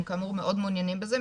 הם כאמור מאוד מעוניינים בזה.